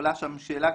עולה שם גם שאלה,